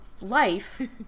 life